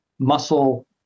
muscle